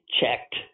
checked